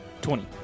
Twenty